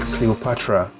Cleopatra